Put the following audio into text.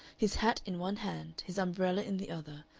his hat in one hand, his umbrella in the other,